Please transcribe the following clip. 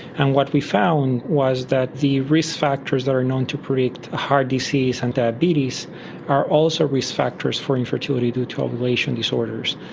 and what we found was that the risk factors that are known to predict heart disease and diabetes are also risk factors for infertility due to ovulation disorders.